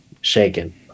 shaken